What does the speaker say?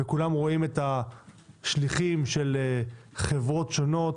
כולם רואים את השליחים של חברות שונות